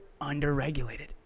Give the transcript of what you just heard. underregulated